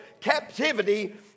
captivity